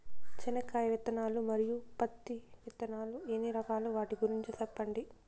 చెనక్కాయ విత్తనాలు, మరియు పత్తి విత్తనాలు ఎన్ని రకాలు వాటి గురించి సెప్పండి?